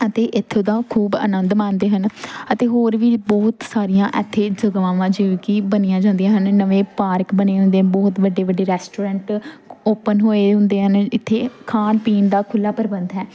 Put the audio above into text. ਅਤੇ ਇੱਥੋਂ ਦਾ ਖੂਬ ਆਨੰਦ ਮਾਣਦੇ ਹਨ ਅਤੇ ਹੋਰ ਵੀ ਬਹੁਤ ਸਾਰੀਆਂ ਇੱਥੇ ਜਗ੍ਹਾਵਾਂ ਜਿਵੇਂ ਕਿ ਬਣੀਆਂ ਜਾਂਦੀਆਂ ਹਨ ਨਵੇਂ ਪਾਰਕ ਬਣੇ ਹੁੰਦੇ ਆ ਬਹੁਤ ਵੱਡੇ ਵੱਡੇ ਰੈਸਟੋਰੈਂਟ ਓਪਨ ਹੋਏ ਹੁੰਦੇ ਹਨ ਇੱਥੇ ਖਾਣ ਪੀਣ ਦਾ ਖੁੱਲ੍ਹਾ ਪ੍ਰਬੰਧ ਹੈ